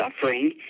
suffering